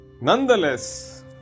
Nonetheless